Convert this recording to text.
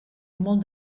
molt